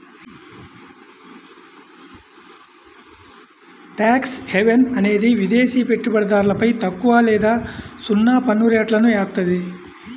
tax haven అనేది విదేశి పెట్టుబడిదారులపై తక్కువ లేదా సున్నా పన్నురేట్లను ఏత్తాది